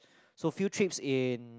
so field trips in